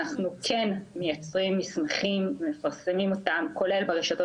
אנחנו כן מייצרים מסמכים ומפרסמים אותם ברשתות